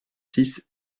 six